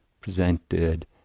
presented